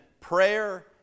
prayer